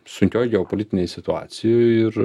sunkioj geopolitinėj situacijoj ir